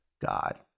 God